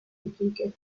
iquique